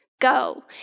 go